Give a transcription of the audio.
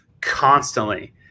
constantly